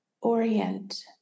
orient